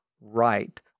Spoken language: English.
right